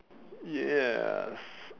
yes